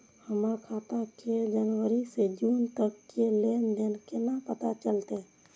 हमर खाता के जनवरी से जून तक के लेन देन केना पता चलते?